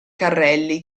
carrelli